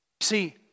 See